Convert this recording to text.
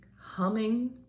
humming